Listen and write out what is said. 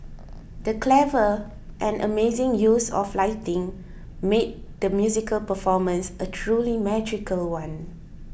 the clever and amazing use of lighting made the musical performance a truly magical one